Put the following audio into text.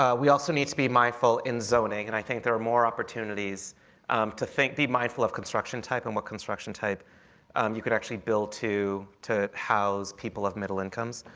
ah we also need to be mindful in zoning. and i think there are more opportunities to be mindful of construction type and what construction type you could actually build to to house people of middle incomes.